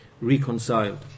reconciled